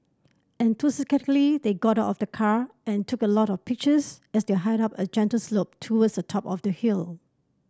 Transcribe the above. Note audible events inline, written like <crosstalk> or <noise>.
<unintelligible> they got out of the car and took a lot of pictures as they hiked up a gentle slope towards the top of the hill